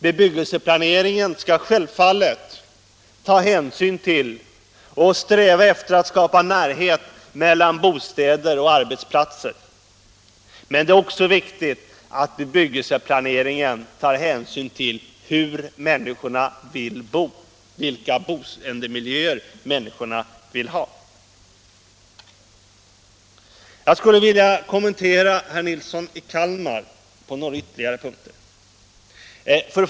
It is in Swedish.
Bebyggelseplaneringen skall självfallet ta hänsyn till och sträva efter att skapa närhet mellan bostäder och arbetsplatser, men det är också viktigt att bebyggelseplaneringen tar hänsyn till hur människorna vill bo — vilka boendemiljöer människorna vill ha. Jag skulle vilja kommentera herr Nilssons i Kalmar anförande på några punkter.